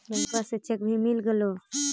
बैंकवा से चेक भी मिलगेलो?